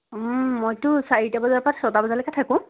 মইটো চাৰিটা বজাৰ পা ছয়টা বজালৈকে থাকো